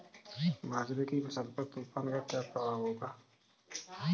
बाजरे की फसल पर तूफान का क्या प्रभाव होगा?